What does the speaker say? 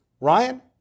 Ryan